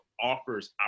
offers